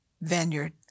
vineyard